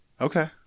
Okay